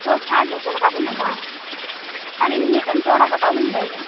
ᱛᱳ ᱪᱷᱟᱲ ᱫᱚ ᱪᱮᱫ ᱞᱮᱠᱟ ᱵᱮᱱ ᱮᱢᱚᱜᱼᱟ ᱟᱹᱞᱤᱧ ᱢᱤᱫᱴᱮᱱ ᱛᱚᱲᱟ ᱦᱟᱛᱟᱣ ᱞᱤᱧ ᱞᱟᱹᱭᱮᱜᱼᱟ